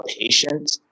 patient